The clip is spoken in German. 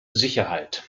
sicherheit